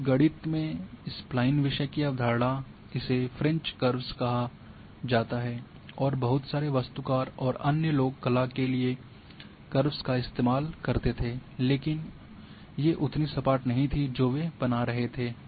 अब गणित से स्पलाइन विषय की अवधारणा में इसे फ्रेंच कर्व्स कहा जाता है और बहुत सारे वास्तुकार और अन्य लोग कला के लिए कर्व्स का इस्तेमाल करते थे लेकिन ये उतनी सपाट नहीं थी जो वे बना रहे थे